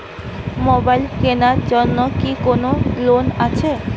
Mobile কেনার জন্য কি কোন লোন আছে?